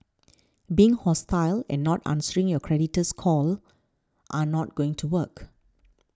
being hostile and not answering your creditor's call are not going to work